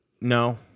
No